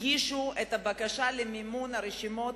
הגישו את הבקשה למימון הרשימות,